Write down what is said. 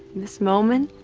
this moment,